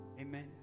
amen